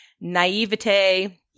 naivete